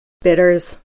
Bitters